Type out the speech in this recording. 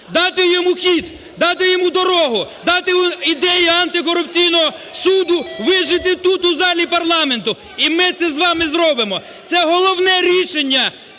дати йому хід, дати йому дорогу, дати ідеї антикорупційного суду вижити тут, у залі парламенту. І ми це з вами з робимо! Це головне рішення,